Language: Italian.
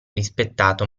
rispettato